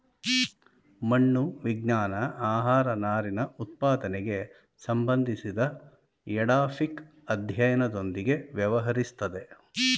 ಮಣ್ಣು ವಿಜ್ಞಾನ ಆಹಾರನಾರಿನಉತ್ಪಾದನೆಗೆ ಸಂಬಂಧಿಸಿದಎಡಾಫಿಕ್ಅಧ್ಯಯನದೊಂದಿಗೆ ವ್ಯವಹರಿಸ್ತದೆ